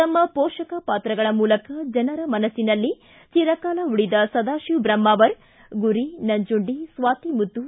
ತಮ್ಮ ಪೋಷಕ ಪಾತ್ರಗಳ ಮೂಲಕ ಜನರ ಮನಸ್ಸಿನಲ್ಲಿ ಚಿರಕಾಲ ಉಳಿದ ಸದಾಶಿವ ಬ್ರಹ್ಮಾವರ್ ಗುರಿ ನಂಜುಂಡಿ ಸ್ವಾತಿ ಮುತ್ತು